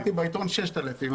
4,500. קראתי בעיתון 6,000,